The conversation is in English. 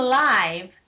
live